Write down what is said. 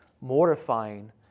Mortifying